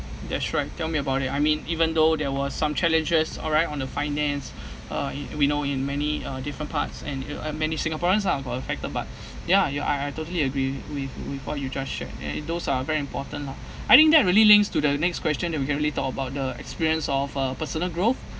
that's right tell me about it I mean even though there was some challenges all right on the finance uh e~ we know in many uh different parts and u~ are many singaporeans ah got affected but ya you I I totally agree with before you just shared and it those are very important lah I think that really links to the next question that we can really talk about the experience of uh personal growth